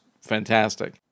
fantastic